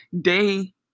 day